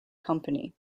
company